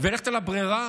וללכת על הברירה,